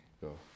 Go